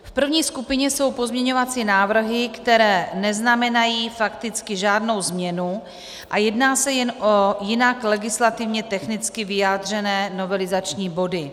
V první skupině jsou pozměňovací návrhy, které neznamenají fakticky žádnou změnu, a jedná se jen o jinak legislativně technicky vyjádřené novelizační body.